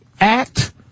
act